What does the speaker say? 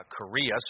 Korea